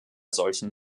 solchen